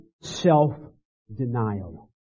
self-denial